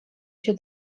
się